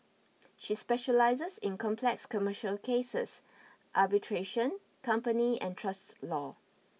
she specialises in complex commercial cases arbitration company and trust law